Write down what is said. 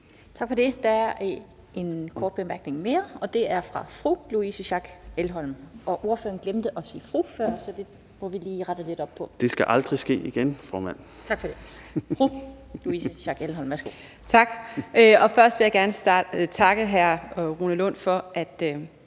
Tak for det. Der er en kort bemærkning mere, og den er fra fru Louise Schack Elholm. Ordføreren glemte at sige »fru« før, så det må vi lige rette lidt op på. (Rune Lund (EL): Det skal aldrig ske igen, formand). Tak for det. Fru Louise Schack Elholm, værsgo. Kl. 13:01 Louise Schack Elholm (V): Tak. Først vil jeg gerne takke hr. Rune Lund for, at